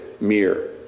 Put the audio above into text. mirror